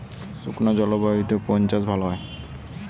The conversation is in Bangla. শুষ্ক জলবায়ুতে কোন চাষ ভালো হয়?